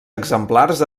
exemplars